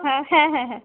হ্যাঁ হ্যাঁ হ্যাঁ হ্যাঁ